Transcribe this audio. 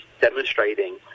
demonstrating